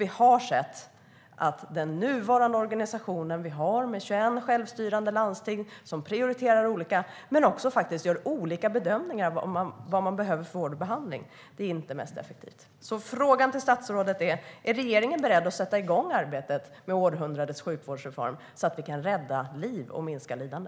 Vi har sett att den nuvarande organisation vi har, med 21 självstyrande landsting som prioriterar olika och faktiskt även gör olika bedömningar av vad människor behöver för vård och behandling, inte är det mest effektiva. Frågan till statsrådet är därför om regeringen är beredd att sätta igång arbetet med århundradets sjukvårdsreform, så att vi kan rädda liv och minska lidande.